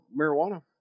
marijuana